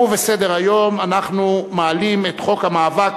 בסדר-היום אנחנו מעלים את חוק המאבק